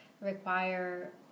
require